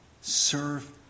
serve